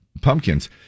Pumpkins